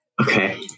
okay